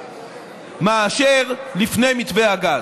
מאשר לפני מתווה הגז.